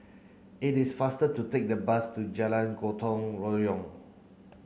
it is faster to take a bus to Jalan Gotong Royong